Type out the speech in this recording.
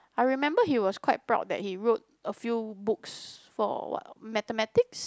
I remember he was quite proud that he wrote a few books for what mathematics